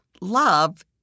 Love